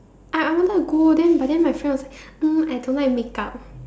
I I wanted to go then but then my friend was like uh I don't like make-up